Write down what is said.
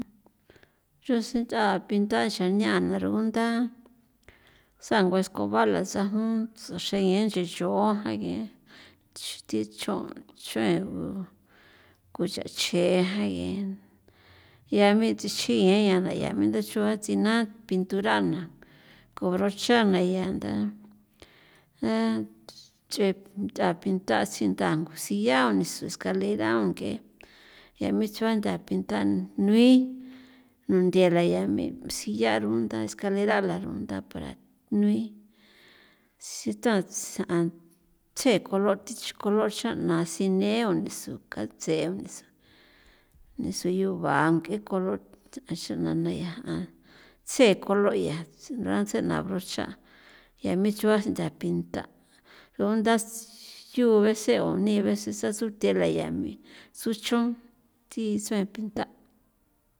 Chan sen nd'a pinta sen ña na rugunda sango escoba la tsajon ts'oxe yen nche xon jan ye chuthi chjon chuengu kuxa xejan yen ya me nchexin yeña na ya manda xua tsina pinturana ko brocha na ya nda nch'e ya pinta sinda ngusi ya o nisu escalera ng'e me choꞌa ntha pinta tan nui nunthe la ya mi silla runda escalera rala dunda para nui sitaꞌa tsai tsjee colo thi colo xraꞌna sine o niso katse o niso nisu yuba ng'e colo sena ya tse colo ya brocha ya me choꞌa sintha pinta rugunda y vece ni vece sasuthe la ya mi suchon thi isuen pinta.